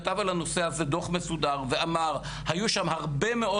כתב על הנושא הזה דוח מסודר ואמר היו שם הרבה מאוד